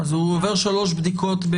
אז הוא עובר שלוש בדיקות.